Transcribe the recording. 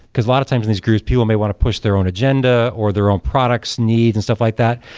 because a lot of times in these groups, people may want to push their own agenda, or their own products, needs and stuff like that.